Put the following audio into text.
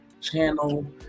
channel